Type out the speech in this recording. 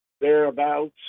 thereabouts